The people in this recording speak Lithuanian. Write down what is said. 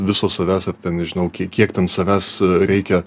viso savęs ar ten nežinau kiek ten savęs reikia